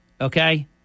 okay